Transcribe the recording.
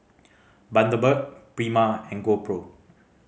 Bundaberg Prima and GoPro